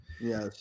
Yes